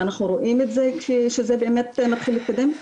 שאנחנו רואים שזה מתחיל להתקדם,